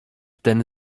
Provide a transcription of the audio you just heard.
ten